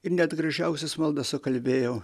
ir net gražiausias maldas sukalbėjau